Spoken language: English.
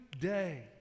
day